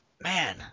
man